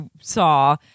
saw